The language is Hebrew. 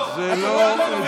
לא, זה דיון